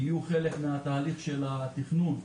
--- חלק מהתהליך הטבעי של התכנון .